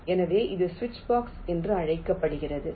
எனவே இது சுவிட்ச்பாக்ஸ் என்று அழைக்கப்படுகிறது